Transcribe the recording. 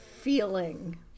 feeling